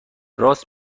راست